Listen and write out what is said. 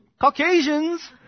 Caucasians